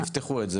תפתחו את זה,